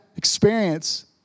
Experience